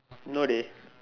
no dey